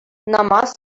намаз